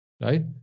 right